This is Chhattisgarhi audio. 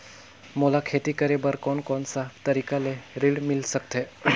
मोला खेती करे बर कोन कोन सा तरीका ले ऋण मिल सकथे?